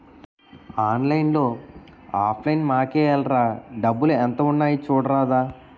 ఆన్లైన్లో offline మాకేఏల్రా డబ్బులు ఎంత ఉన్నాయి చూడరాదా